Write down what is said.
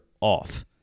off